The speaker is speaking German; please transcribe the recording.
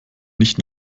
nicht